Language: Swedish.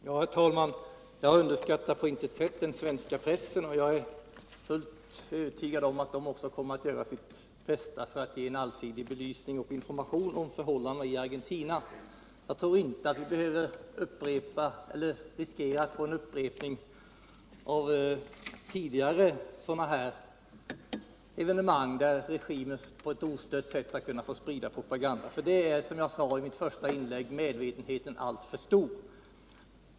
Herr talman! Jag underskattar på intet sätt den svenska pressen, och jag är fullt övertygad om att den också kommer att göra sitt bästa för att ge en allsidig belysning av och information om förhållandena i Argentina. Jag tror inte att vi behöver riskera att få en upprepning av tidigare evenemang av denna typ, där regimen på ett ostört sätt skall få sprida sin propaganda. För detta är, som jag sade i mitt första inlägg, medvetenheten alltför stor.